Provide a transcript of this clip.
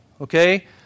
okay